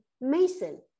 Mason